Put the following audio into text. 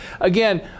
again